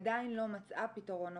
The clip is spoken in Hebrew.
עדיין לא מצאה פתרון עבורי.